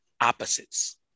opposites